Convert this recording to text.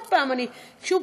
שוב,